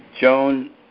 Joan